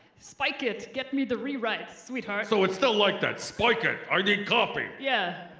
spike it get me the rewrites, sweetheart. so it's still like that spike it, i need coffee, yeah,